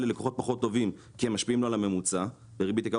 ללקוחות פחות טובים כי הם משפיעים לו על הממוצע בריבית יקרה,